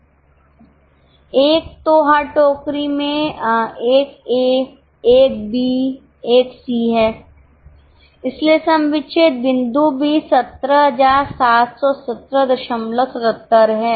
1 तो हर टोकरी में 1 ए 1 बी 1 सी है इसलिएसम विच्छेद बिंदु भी 1777777 है